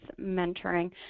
mentoring